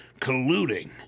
colluding